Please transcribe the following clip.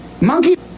monkey